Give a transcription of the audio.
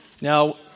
Now